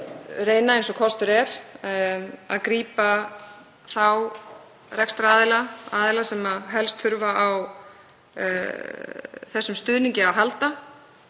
reyna eins og kostur er að grípa þá rekstraraðila sem helst þurfa á þessum stuðningi að halda